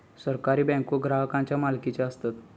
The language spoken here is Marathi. सहकारी बँको ग्राहकांच्या मालकीचे असतत